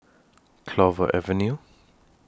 Clover Avenue